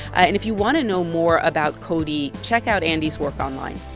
and if you want to know more about cody, check out andy's work online.